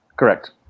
Correct